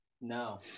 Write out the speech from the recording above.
No